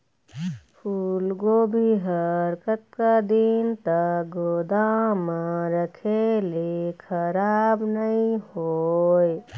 फूलगोभी हर कतका दिन तक गोदाम म रखे ले खराब नई होय?